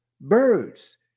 birds